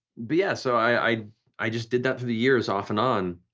but yeah, so i i just did that through the years off and on.